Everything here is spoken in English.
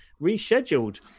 rescheduled